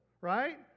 Right